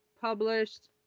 Published